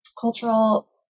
cultural